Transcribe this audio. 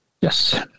yes